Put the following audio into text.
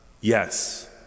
Yes